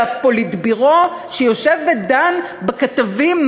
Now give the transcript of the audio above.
זה ה"פוליטביורו" שיושב ודן בכתבים,